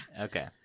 Okay